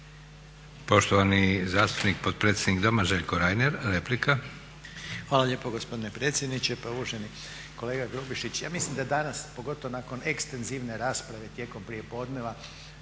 Poštovani zastupnik, potpredsjednik Doma Željko Reiner, replika. **Reiner, Željko (HDZ)** Hvala lijepo gospodine predsjedniče. Pa uvaženi kolega Grubišić ja mislim da danas pogotovo nakon ekstenzivne rasprave tijekom prije podneva